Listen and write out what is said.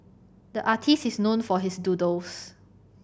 the artist is known for his doodles